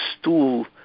stool